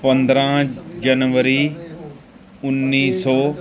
ਪੰਦਰਾਂ ਜਨਵਰੀ ਉੱਨੀ ਸੌ